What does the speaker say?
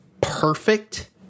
perfect